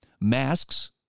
Masks